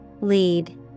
Lead